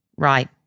Right